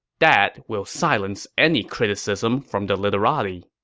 that will silence any criticism from the literati.